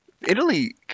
Italy